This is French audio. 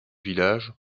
village